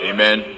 Amen